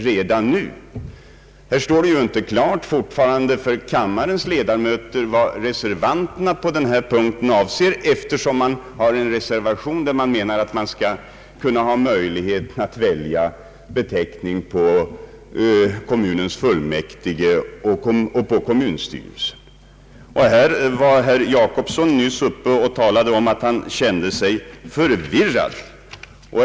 Det står ju fortfarande inte klart för kammarens ledamöter vad reservanterna på denna punkt avser, eftersom i reservationen framhålles att man skall ha möjlighet att välja beteckning på kommunens fullmäktige och styrelse. Herr Gösta Jacobsson talade nyss om att han kände sig förvirrad.